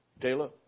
Taylor